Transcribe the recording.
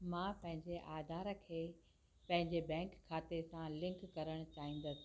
मां पंहिंजे आधार खे पंहिंजे बैंक खाते सां लिंक करणु चाहींदसि